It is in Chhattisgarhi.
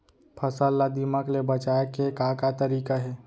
फसल ला दीमक ले बचाये के का का तरीका हे?